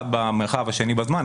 אחד במרחב השני בזמן,